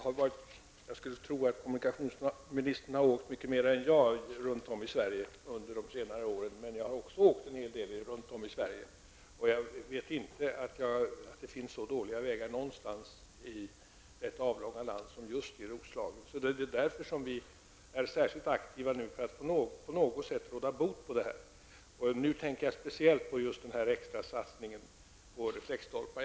Herr talman! Jag skulle tro att kommunikationsministern har åkt runt i Sverige mycket mer än jag har gjort under de senaste åren. Men jag har också rest en hel del i Sverige, och jag vet inte om det finns så dåliga vägar någonstans i detta avlånga land som just i Roslagen. Det är därför vi är särskilt aktiva för att råda bot på detta. Nu tänker jag speciellt på just extrasatsningen på reflexstolpar.